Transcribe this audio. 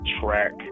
track